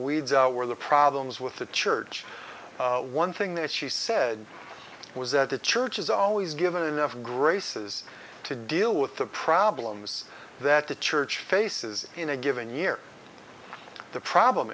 weeds out where the problems with the church one thing that she said was that the church is always given enough graces to deal with the problems that the church faces in a given year the problem